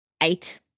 eight